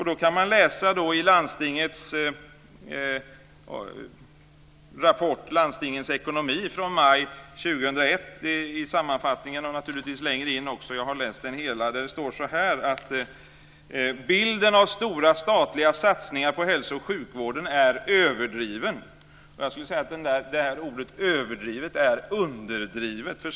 Då kan jag läsa ur rapporten Landstingens ekonomi från maj 2001 i sammanfattningen - och naturligtvis också längre in, jag har läst hela. Det står: Bilden av stora statliga satsningar på hälso och sjukvården är överdriven. Jag skulle säga att ordet "överdriven" är underdrivet.